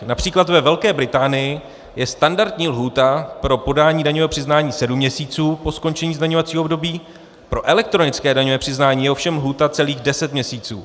Například ve Velké Británii je standardní lhůta pro podání daňového přiznání sedm měsíců po skončení zdaňovacího období, pro elektronické daňové přiznání je ovšem lhůta celých deset měsíců.